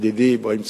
ידידי אברהים צרצור,